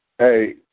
Hey